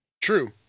True